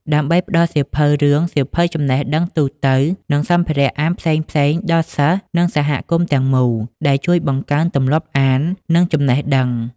ដើម្បីផ្តល់សៀវភៅរឿង សៀវភៅចំណេះដឹងទូទៅ និងសម្ភារៈអានផ្សេងៗដល់សិស្ស និងសហគមន៍ទាំងមូល ដែលជួយបង្កើនទម្លាប់អាន និងចំណេះដឹង។